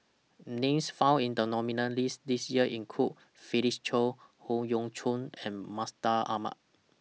Names found in The nominees' list This Year include Felix Cheong Howe Yoon Chong and Mustaq Ahmad